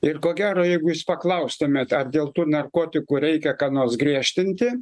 ir ko gero jeigu jūs paklaustumėt ar dėl tų narkotikų reikia ką nors griežtinti